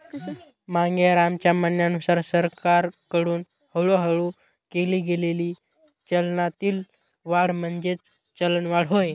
मांगेरामच्या म्हणण्यानुसार सरकारकडून हळूहळू केली गेलेली चलनातील वाढ म्हणजेच चलनवाढ होय